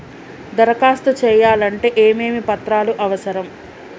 దరఖాస్తు చేయాలంటే ఏమేమి పత్రాలు అవసరం?